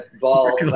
ball